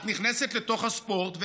את נכנסת לתוך הספורט,